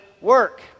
work